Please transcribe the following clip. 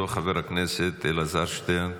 חבר הכנסת אלעזר שטרן.